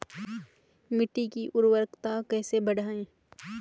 मिट्टी की उर्वरकता कैसे बढ़ायें?